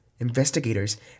Investigators